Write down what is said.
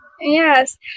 Yes